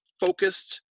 Focused